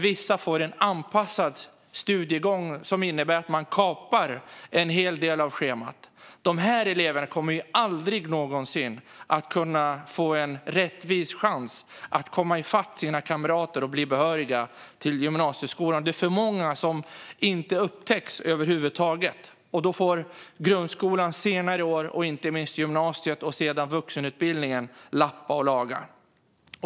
Vissa får en anpassad studiegång som innebär att man kapar en hel del av schemat. De eleverna kommer aldrig någonsin att få en rättvis chans att komma i fatt sina kamrater och bli behöriga till gymnasieskolan. Det är för många som inte upptäcks över huvud taget. Då får grundskolans senare år och inte minst gymnasiet och vuxenutbildningen lappa och laga.